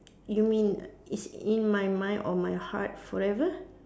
you mean it's in my mind or my heart forever